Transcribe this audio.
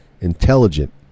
intelligent